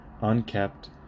Unkept